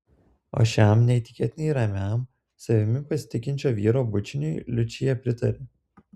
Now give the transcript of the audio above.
o šiam neįtikėtinai ramiam savimi pasitikinčio vyro bučiniui liučija pritarė